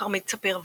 כרמית ספיר ויץ,